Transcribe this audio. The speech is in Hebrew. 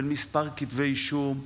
של מספר כתבי אישום,